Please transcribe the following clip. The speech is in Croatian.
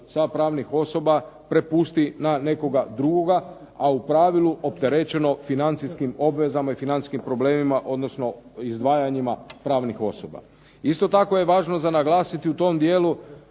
sa pravnih osoba prepusti na nekoga drugoga, a u pravilu opterećeno financijskim obvezama i financijskim problemima, odnosno izdvajanjima pravnih osoba. Isto tako je važno za naglasiti u tom dijelu